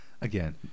again